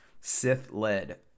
Sith-led